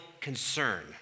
concern